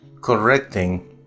correcting